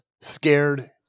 scared